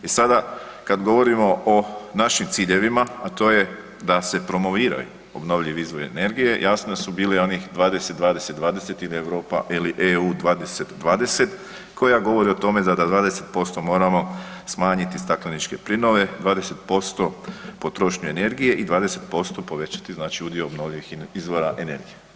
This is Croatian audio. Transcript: I sada kad govorimo o našim ciljevima a to je da se promoviraju obnovljivi izvori energije, jasno su bili onih 20-20-20 ili EU2020 koja govori o tome da za 20% moramo smanjiti stakleničke plinove, 20% potrošnju energije i 20% povećati znači udio obnovljivih izvora energije.